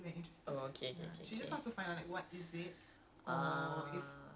wait kejap dia interested ke dia macam intrigued